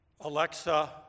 Alexa